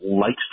likes